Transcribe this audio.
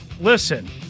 Listen